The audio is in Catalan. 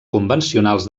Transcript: convencionals